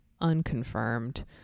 unconfirmed